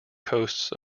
coasts